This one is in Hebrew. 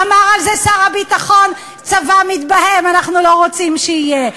אמר על זה שר הביטחון: צבא מתבהם אנחנו לא רוצים שיהיה.